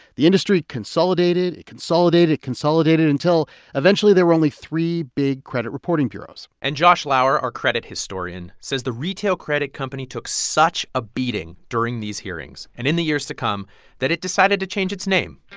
the industry consolidated, it consolidated, it consolidated until eventually there were only three big credit reporting bureaus and josh lauer, our credit historian, says the retail credit company took such a beating during these hearings and in the years to come that it decided to change its name